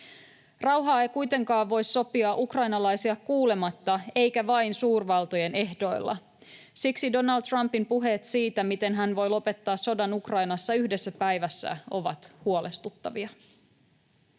Rauhaa ei kuitenkaan voi sopia ukrainalaisia kuulematta eikä vain suurvaltojen ehdoilla. Siksi Donald Trumpin puheet siitä, miten hän voi lopettaa sodan Ukrainassa yhdessä päivässä, ovat huolestuttavia.